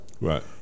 Right